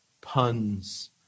puns